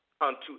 unto